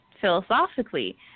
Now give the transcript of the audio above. philosophically